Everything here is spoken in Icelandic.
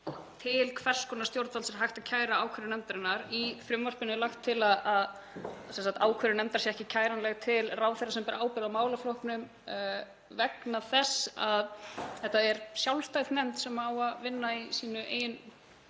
til hvers konar stjórnvalds er hægt að kæra ákvörðun nefndarinnar. Í frumvarpinu er lagt til að ákvörðun nefndar sé ekki kæranleg til ráðherra sem ber ábyrgð á málaflokknum vegna þess að þetta er sjálfstæð nefnd sem á að vinna á sínum eigin